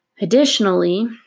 Additionally